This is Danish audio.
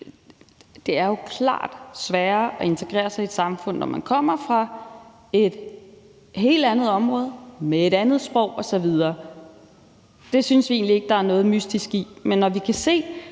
Det er jo klart sværere at integrere sig i et samfund, når man kommer fra et helt andet område med et andet sprog osv. Det synes vi egentlig ikke der er noget mystisk i.